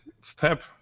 step